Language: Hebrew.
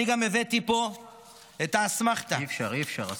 אני גם פה הבאתי את האסמכתה, אי-אפשר, אי-אפשר.